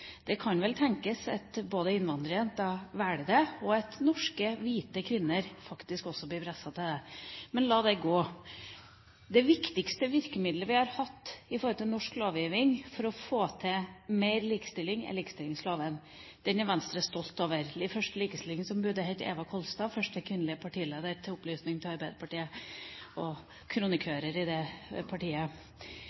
Det kan vel tenkes både at innvandrerjenter velger det, og at norske hvite kvinner faktisk også blir presset til det. Men la gå. Det viktigste virkemiddelet vi har hatt i norsk lovgivning for å få til mer likestilling, er likestillingsloven. Den er Venstre stolt av. Det første likestillingsombudet het Eva Kolstad, også første kvinnelige partileder – til opplysning for Arbeiderpartiet og